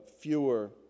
fewer